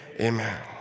amen